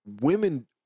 Women